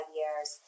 years